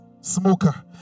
smoker